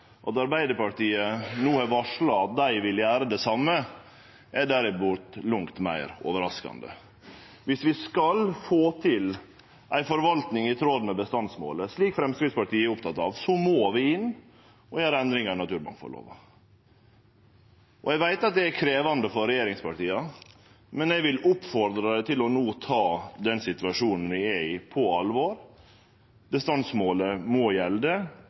At Arbeidarpartiet no har varsla at dei vil gjere det same, er derimot langt meir overraskande. Dersom vi skal få til ei forvaltning i tråd med bestandsmålet, slik Framstegspartiet er oppteke av, må vi inn og gjere endringar i naturmangfaldlova. Eg veit at det er krevjande for regjeringspartia, men eg vil oppmode dei no til å ta den situasjonen vi er i, på alvor. Bestandsmålet må gjelde.